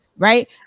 Right